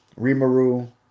Rimaru